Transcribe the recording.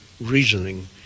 reasoning